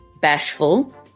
bashful